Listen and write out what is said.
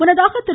முன்னதாக திரு